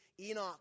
Enoch